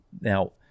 Now